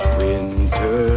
winter